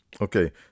okay